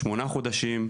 שמונה חודשים.